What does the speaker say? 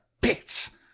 bits